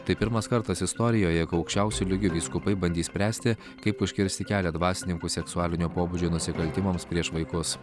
tai pirmas kartas istorijoje kai aukščiausio lygio vyskupai bandys spręsti kaip užkirsti kelią dvasininkų seksualinio pobūdžio nusikaltimams prieš vaikus